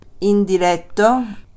Indiretto